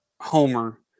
Homer